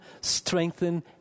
strengthen